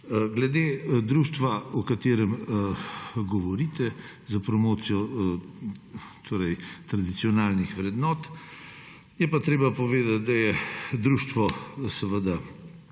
Glede društva, o katerem govorite, za promocijo tradicionalnih vrednot je pa treba povedati, da je društvo vse